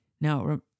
Now